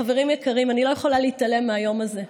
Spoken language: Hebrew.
חברים יקרים, אני לא יכולה להתעלם מהיום הזה.